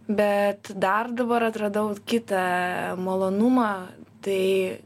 bet dar dabar atradau kitą malonumą tai